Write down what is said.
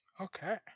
Okay